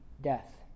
death